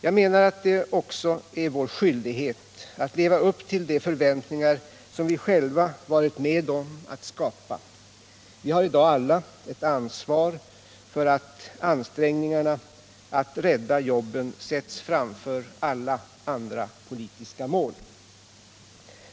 Jag menar att det också är vår skyldighet att leva upp till de förväntningar som vi själva varit med om att skapa. Vi har i dag alla ett ansvar för att ansträngningarna att rädda jobben sätts framför alla andra politiska mål.